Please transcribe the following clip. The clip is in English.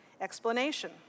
explanation